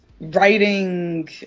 Writing